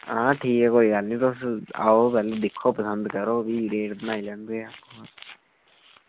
आं ठीक ऐ कोई गल्ल निं तुस आओ पैह्लें दिक्खो पसंद करो भी रेट बनाई लैंदे आं